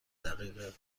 دقیقه